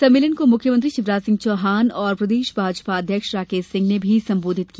सम्मेलन को मुख्यमंत्री शिवराज सिंह चौहान और प्रदेश भाजपा अध्यक्ष राकेश सिंह ने भी संबोधित किया